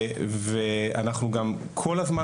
אנחנו נמצאים כל הזמן,